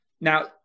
Now